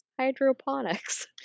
Hydroponics